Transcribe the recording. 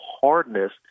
hardness